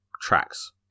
tracks